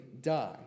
die